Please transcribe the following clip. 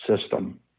system